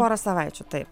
porą savaičių taip